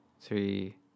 three